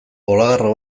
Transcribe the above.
olagarro